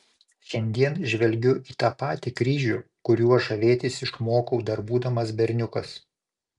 šiandien žvelgiu į tą patį kryžių kuriuo žavėtis išmokau dar būdamas berniukas